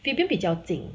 fabian 比较静